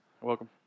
Welcome